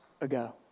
ago